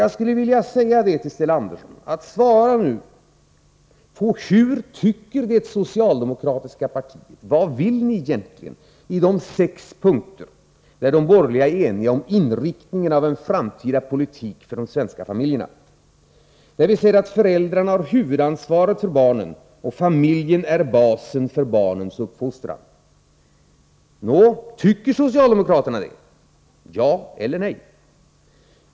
Jag skulle vilja uppmana Sten Andersson att nu svara på frågan vad det socialdemokratiska partiet egentligen vill på de sex punkter där de borgerliga är eniga om inriktningen av en framtida politik för de svenska familjerna. 1. Vi säger att föräldrarna har huvudansvaret för barnen och att familjen är basen för barnens uppfostran. Nå, tycker socialdemokraterna det? Ja eller nej? 2.